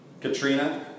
Katrina